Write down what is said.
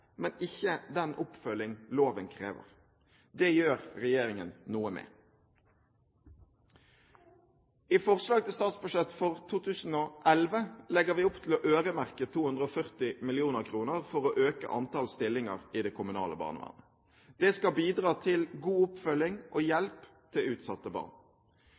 men ikke den oppfølging loven krever. Det gjør regjeringen noe med. I forslag til statsbudsjett for 2011 legger vi opp til å øremerke 240 mill. kr for å øke antall stillinger i det kommunale barnevernet. Det skal bidra til god oppfølging og hjelp til utsatte barn.